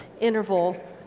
interval